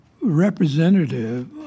representative